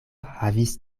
havis